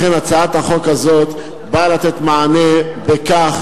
לכן הצעת החוק הזאת באה לתת מענה בכך